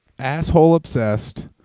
Asshole-obsessed